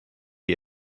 die